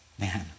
man